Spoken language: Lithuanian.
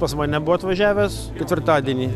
pas mane buvo atvažiavęs ketvirtadienį